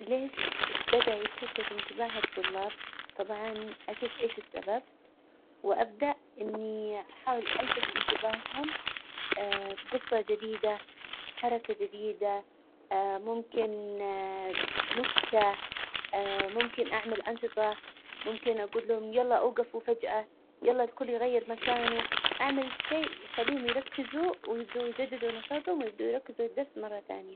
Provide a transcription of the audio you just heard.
ليش إتبدا يتشتت إنتباه الطلاب? طبعا أشوف إيش السبب، وأبدأ إني أحاول ألفت إنتباههم بجصة جديدة، حركة جديدة ممكن نكتة، ممكن أعمل أنشطة، ممكن أجول لهم يلا أوجفوا فجأة، يلا الكل يغير مكانه، أعمل شيء يخليهم يركزوا، ويبدأوا يجددوا نشاطهم ويبدأوا يركزوا للدرس مرة ثانية.